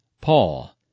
Paul